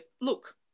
look